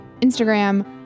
Instagram